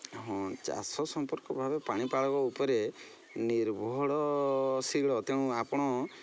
ହଁ ଚାଷ ସମ୍ପର୍କ ଭାବେ ପାଣିପାଗ ଉପରେ ନିର୍ଭରଶୀଳ ତେଣୁ ଆପଣ